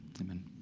Amen